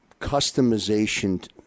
customization